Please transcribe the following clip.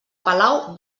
palau